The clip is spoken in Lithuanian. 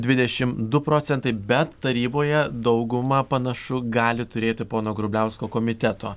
dvidešimt du procentai bet taryboje daugumą panašu gali turėti pono grubliausko komiteto